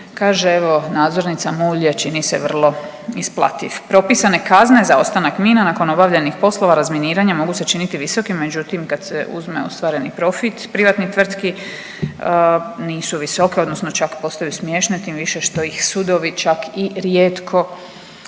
kaže evo, nadzornica, mulj je, čini se, vrlo isplativ. Propisane kazne za ostanak mina nakon obavljenih poslova razminiranja mogu se činiti visokim, međutim, kad se uzme ostvareni profit privatnih tvrtki nisu visoke odnosno čak postaju smiješne, tim više što ih sudovi čak i rijetko